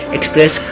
Express